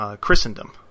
Christendom